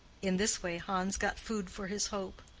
in this way hans got food for his hope.